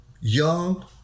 young